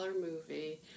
movie